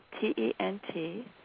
T-E-N-T